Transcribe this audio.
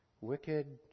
Wicked